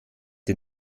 ihr